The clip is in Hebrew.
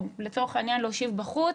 או לצורך העניין להושיב בחוץ,